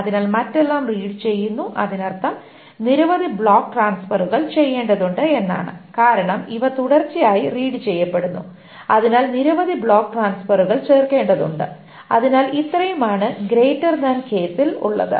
അതിനാൽ മറ്റെല്ലാം റീഡ് ചെയ്യുന്നു അതിനർത്ഥം നിരവധി ബ്ലോക്ക് ട്രാൻസ്ഫറുകൾ ചെയ്യേണ്ടതുണ്ട് എന്നാണ് കാരണം ഇവ തുടർച്ചയായി റീഡ് ചെയ്യപ്പെടുന്നു അതിനാൽ നിരവധി ബ്ലോക്ക് ട്രാൻസ്ഫറുകൾ ചേർക്കേണ്ടതുണ്ട് അതിനാൽ ഇത്രയുമാണ് ഗ്രെയ്റ്റർ താൻ കേസിലുള്ളത്